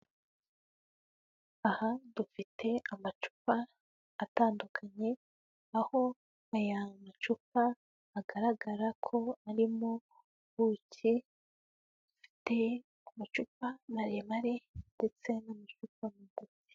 Aha dufite amacupa atandukanye aho aya macupa agaragara ko arimo ubuki afite amacupa maremare ndetse n'amacupa magufi.